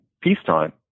peacetime